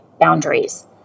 boundaries